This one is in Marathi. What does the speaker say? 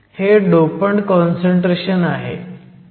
हे डोपंट काँसंट्रेशन आहे